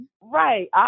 Right